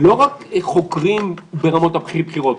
לא רק חוקרים ברמות הכי בכירות,